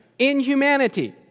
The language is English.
inhumanity